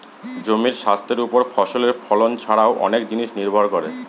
জমির স্বাস্থ্যের ওপর ফসলের ফলন ছারাও অনেক জিনিস নির্ভর করে